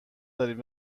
داریم